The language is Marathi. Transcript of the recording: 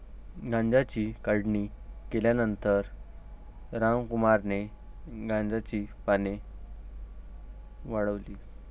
गांजाची काढणी केल्यानंतर रामकुमारने गांजाची पाने वाळवली